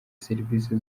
serivisi